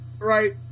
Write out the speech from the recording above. Right